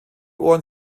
ohren